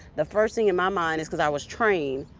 the first thing in my mind is because i was trained.